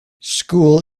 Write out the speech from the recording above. school